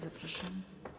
Zapraszam.